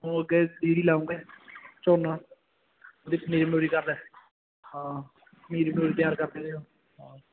ਹੋਰ ਕਿਆ ਜ਼ੀਰੀ ਲਾਉਗੇ ਝੋਨਾ ਉਹਦੀ ਪਨੀਰੀ ਪਨੂਰੀ ਕਰਦੇ ਹਾਂ ਪਨੀਰੀ ਪਨੂਰੀ ਤਿਆਰ ਕਰਦੇ ਹਾਂ